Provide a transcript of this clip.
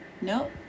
Nope